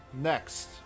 next